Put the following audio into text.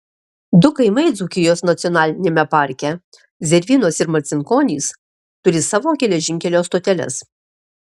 du kaimai dzūkijos nacionaliniame parke zervynos ir marcinkonys turi savo geležinkelio stoteles